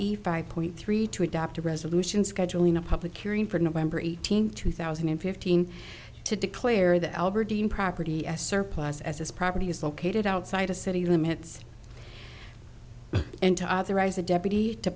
a five point three two adopt a resolution scheduling a public curing for november eighteenth two thousand and fifteen to declare the albertine property as surplus as this property is located outside the city limits and to otherwise the deputy to